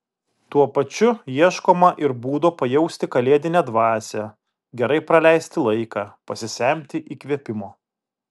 tuo pačiu ieškoma ir būdo pajausti kalėdinę dvasią gerai praleisti laiką pasisemti įkvėpimo